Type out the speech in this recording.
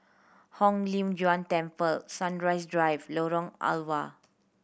Hong Lim Jiong Temple Sunrise Drive Lorong Halwa